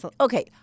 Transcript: Okay